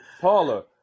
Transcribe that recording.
Paula